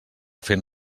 fent